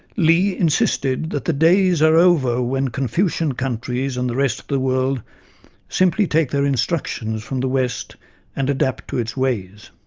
lee argued that the days are over when confucian countries and the rest of the world simply take their instructions from the west and adapt to its ways.